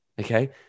Okay